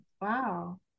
wow